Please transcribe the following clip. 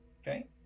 Okay